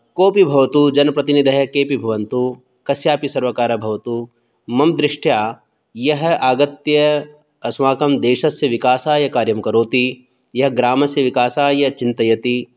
कोऽपि भवतु जनप्रतिनिधयः केऽपि भवन्तु कस्यापि सर्वकारः भवतु मम दृष्ट्या यः आगत्य अस्माकं देशस्य विकासाय कार्यं करोति यः ग्रामस्य विकासाय चिन्तयति